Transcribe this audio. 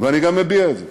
אני גם מביע את זה.